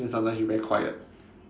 then sometimes you very quiet